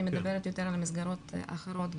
אני מדברת גם על המסגרות האחרות.